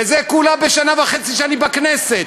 וזה כולה בשנה וחצי שאני בכנסת.